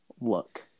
look